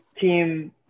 team